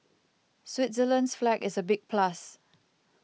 Switzerland's flag is a big plus